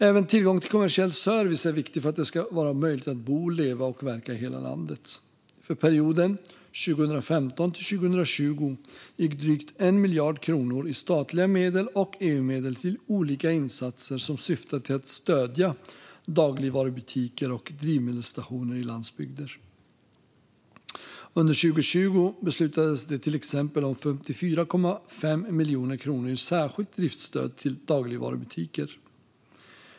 Även tillgång till kommersiell service är viktig för att det ska vara möjligt att bo, leva och verka i hela landet. För perioden 2015-2020 gick drygt 1 miljard kronor i statliga medel och EU-medel till olika insatser som syftar till att stödja dagligvarubutiker och drivmedelsstationer i landsbygder. Under 2020 beslutades det till exempel om 54,5 miljoner kronor i särskilt driftstöd till dagligvarubutiker.